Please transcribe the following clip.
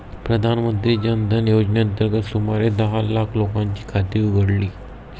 प्रधानमंत्री जन धन योजनेअंतर्गत सुमारे दहा लाख लोकांची खाती उघडली